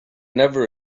never